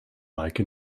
mike